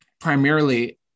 primarily